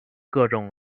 各种